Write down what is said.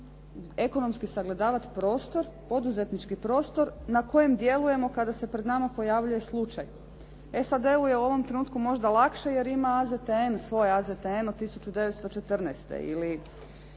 ekonomski sagledavati prostor, poduzetnički prostor na kojem djelujemo kada se pred nama pojavljuje slučaj. E sad .../Govornik se ne razumije./... je u ovom trenutku možda lakše jer ima svoj AZTN od 1914. ili